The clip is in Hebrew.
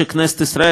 זה הרי דיון בכנסת,